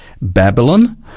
Babylon